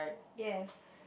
yes